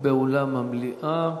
באולם המליאה,